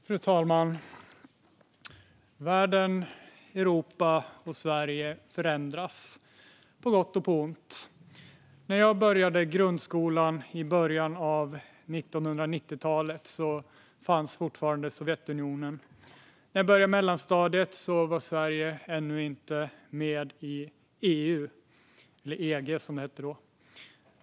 Fru talman! Världen, Europa och Sverige förändras, på gott och ont. När jag började grundskolan i början av 1990-talet fanns Sovjetunionen fortfarande. När jag började mellanstadiet var Sverige ännu inte med i EU, eller EG som det hette då.